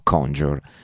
Conjure